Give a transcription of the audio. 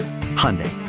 Hyundai